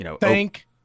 Thank